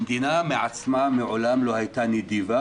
המדינה מעצמה מעולם לא הייתה נדיבה